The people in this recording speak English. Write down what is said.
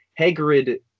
hagrid